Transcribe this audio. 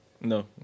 No